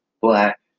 black